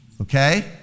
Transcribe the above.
Okay